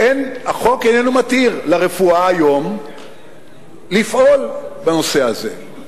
והחוק איננו מתיר לרפואה היום לפעול בנושא הזה.